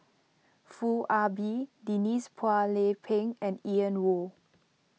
Foo Ah Bee Denise Phua Lay Peng and Ian Woo